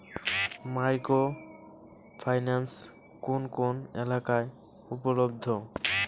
Micro finance কোন কোন এলাকায় উপলব্ধ?